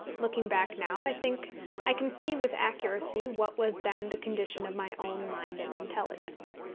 looking back now, i think i can see with accuracy what was then the condition of my own mind and intelligence.